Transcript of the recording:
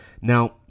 Now